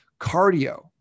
cardio